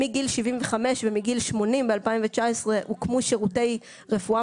מגיל 75 ומגיל 80 ב-2019 הוקמו שירותי רפואה